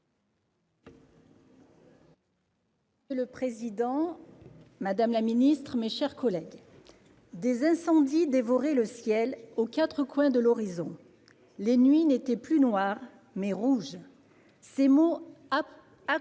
Monsieur le président, madame la ministre, mes chers collègues, « des incendies dévoraient le ciel aux quatre coins de l'horizon »,« les nuits n'étaient plus noires, mais rouges »: ces mots